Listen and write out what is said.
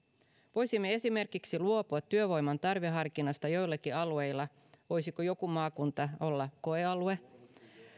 voisimme esimerkiksi luopua työvoiman tarveharkinnasta joillakin alueilla voisiko joku maakunta olla koealue